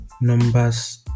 Numbers